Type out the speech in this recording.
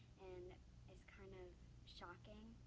and it's kind of shocking.